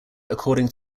according